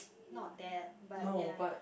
not that but ya